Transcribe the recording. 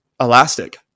elastic